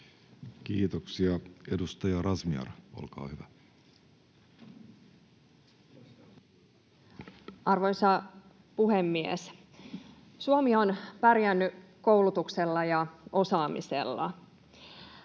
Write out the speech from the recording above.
Kiitoksia. — Edustaja Razmyar, olkaa hyvä. Arvoisa puhemies! Suomi on pärjännyt koulutuksella ja osaamisella.